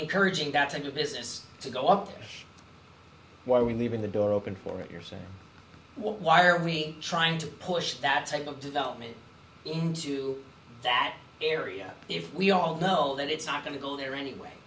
encouraging got to do this just to go up why are we leaving the door open for it you're saying why are we trying to push that type of development into that area if we all know that it's not going to go there anyway